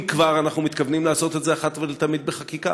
אם כבר אנחנו מתכוונים לעשות את זה אחת ולתמיד בחקיקה?